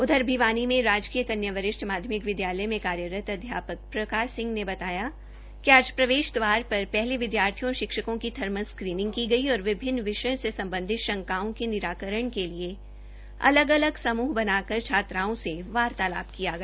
उधर भिवानी में राजकीय कन्या वरिष्ठ माध्यमिक विदयालय में कार्यरत अध्यापक प्रकाश सिंह ने बताया कि आज प्रवेश दवार पर पहले विद्यार्थियों और शिक्षकों की थर्मल स्क्रीनिंग की गई और विभिन्न विषयों से सम्बधित शंकाओं के निराकरण के लिए अल्ग अलग समूह बनाकर छात्राओं से वार्तालाप किया गया